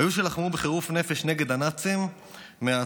היו שלחמו בחירוף נפש נגד הנאצים מההתחלה,